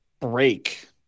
break